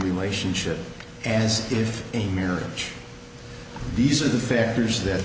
relationship as if a marriage these are the fares that